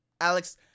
Alex